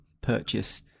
purchase